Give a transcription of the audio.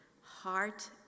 Heart